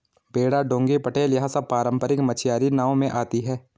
बेड़ा डोंगी पटेल यह सब पारम्परिक मछियारी नाव में आती हैं